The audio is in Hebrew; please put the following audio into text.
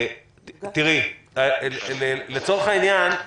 תראי, לצורך העניין,